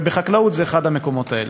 והחקלאות היא אחד המקומות האלה.